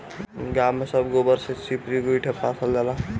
गांव में सब गोबर से चिपरी गोइठा पाथल जाला